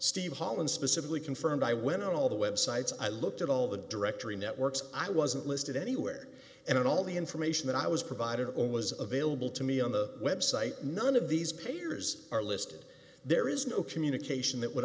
steve holland specifically confirmed i went all the websites i looked at all the directory networks i wasn't listed anywhere and all the information that i was provided on was available to me on the website none of these players are listed there is no communication that would